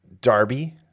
Darby